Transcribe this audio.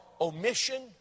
omission